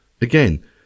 Again